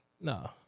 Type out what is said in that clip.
no